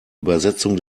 übersetzung